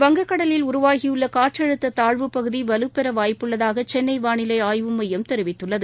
வங்கக்கடலில் உருவாகியுள்ள காற்றழுத்த தாழ்வுப்பகுதி வலுப்பெற வாய்ப்புள்ளதாக சென்னை வானிலை ஆய்வு மையம் தெரிவித்துள்ளது